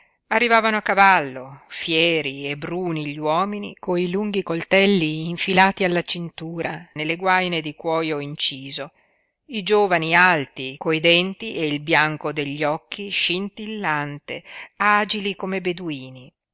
arrivavano a cavallo fieri e bruni gli uomini coi lunghi coltelli infilati alla cintura nelle guaine di cuoio inciso i giovani alti coi denti e il bianco degli occhi scintillante agili come beduini